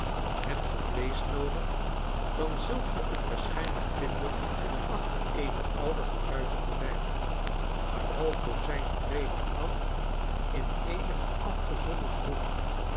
hebt ge vleesch noodig dan zult ge het waarschijnlijk vinden achter eene oude geruite gordijn een half dozijn treden af in eenig afgezonderden hoek